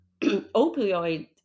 opioid